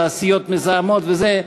תעשיות מזהמות וזה,